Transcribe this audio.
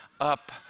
up